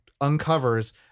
uncovers